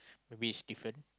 maybe is different